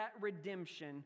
redemption